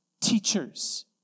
teachers